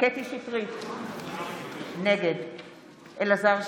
קטי קטרין שטרית, נגד אלעזר שטרן,